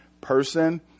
person